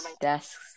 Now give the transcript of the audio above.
desks